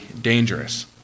dangerous